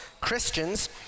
Christians